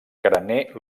carener